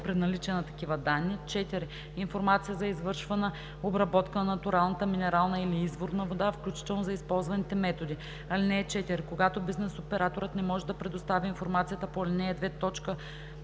(при наличие на такива данни); 4. информация за извършвана обработка на натуралната минерална или изворна вода, включително за използваните методи. (4) Когато бизнес операторът не може да предостави информацията по ал. 2,